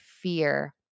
fear